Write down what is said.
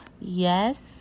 yes